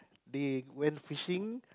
they went fishing